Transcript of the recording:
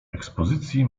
ekspozycji